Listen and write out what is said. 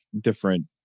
different